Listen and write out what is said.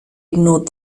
ignored